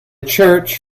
church